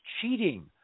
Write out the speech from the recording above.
cheating